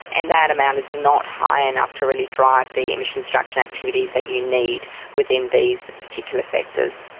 and that amount is not high enough to really drive the emissions reduction activities that you need within these particular sectors.